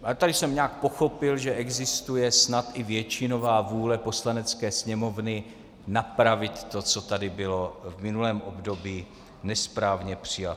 A tady jsem nějak pochopil, že existuje snad i většinová vůle Poslanecké sněmovny napravit to, co tady bylo v minulém období nesprávně přijato.